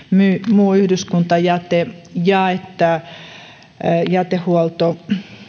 muu yhdyskuntajäte ja että